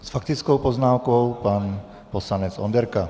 S faktickou poznámkou pan poslanec Onderka.